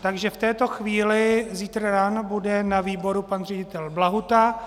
Takže v této chvíli, zítra ráno bude na výboru pan ředitel Blahuta.